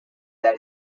that